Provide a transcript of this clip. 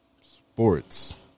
Sports